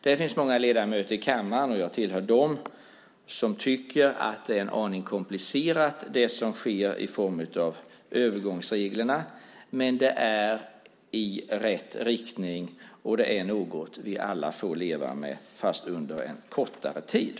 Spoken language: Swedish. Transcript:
Det finns många ledamöter i kammaren - och jag tillhör dem - som tycker att det som sker i form av övergångsreglerna är en aning komplicerat, men det är i rätt riktning och det är något vi alla får leva med fast under en kortare tid.